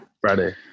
Friday